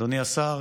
אדוני השר,